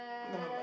never mind